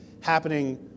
happening